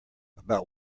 about